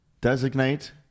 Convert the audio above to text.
designate